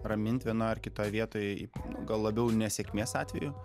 ramint vienoj ar kitoj vietoj gal labiau nesėkmės atveju